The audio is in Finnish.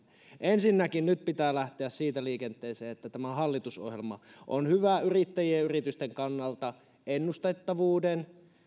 ensinnäkin nyt pitää lähteä siitä liikenteeseen että tämä hallitusohjelma on hyvä yrittäjien ja yritysten kannalta ennustettavuuden